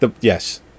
Yes